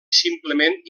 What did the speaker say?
simplement